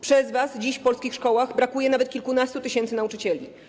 Przez was dziś w polskich szkołach brakuje nawet kilkunastu tysięcy nauczycieli.